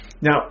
Now